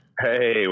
Hey